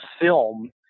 film